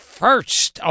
first